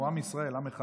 אנחנו עם ישראל, עם אחד.